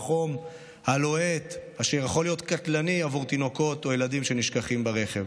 והחום הלוהט יכול להיות קטלני עבור תינוקות וילדים שנשכחים ברכב.